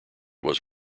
was